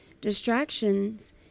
Distractions